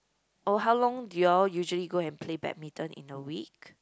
or how long do you all usually go and play badminton in a week